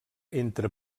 entre